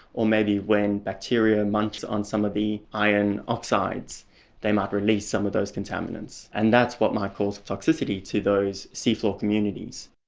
or maybe when bacteria munches on some of the iron oxides they might release some of those contaminants, and that's what might cause toxicity to those seafloor communities.